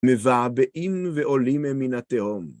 מבעבעים ועולים הם מן התהום.